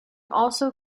also